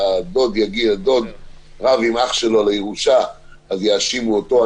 הדוד רב עם אח שלו על הירושה אז יאשימו אותו.